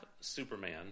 Superman